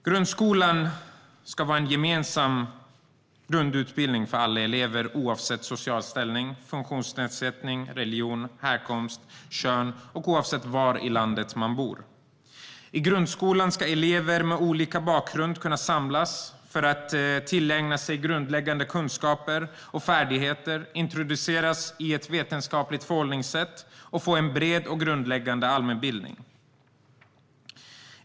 Grundskolan ska vara en gemensam grundutbildning för alla elever oavsett social ställning, funktionsnedsättning, religion, härkomst och kön och oavsett var i landet man bor. I grundskolan ska elever med olika bakgrund kunna samlas för att tillägna sig grundläggande kunskaper och färdigheter, introduceras i ett vetenskapligt förhållningssätt och få en bred och grundläggande allmänbildning.